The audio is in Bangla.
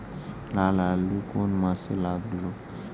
লাল আলু কোন মাসে লাগাব?